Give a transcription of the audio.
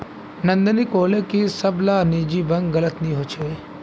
नंदिनी कोहले की सब ला निजी बैंक गलत नि होछे